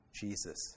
Jesus